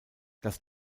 das